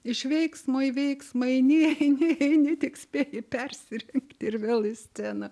iš veiksmo į veiksmą eini eini eini tik spėji persirengt ir vėl į sceną